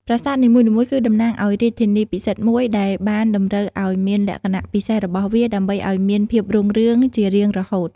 ប្រាសាទនីមួយៗគឺតំណាងឲ្យរាជធានីពិសិដ្ឋមួយដែលបានតម្រូវឲ្យមានលក្ខណៈពិសេសរបស់វាដើម្បីឲ្យមានភាពរុងរឿងជារៀងរហូត។